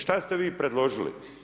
Šta ste vi predložili?